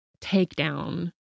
takedown